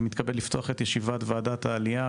אני מתכבד לפתוח את ישיבת ועדת העלייה,